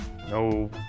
No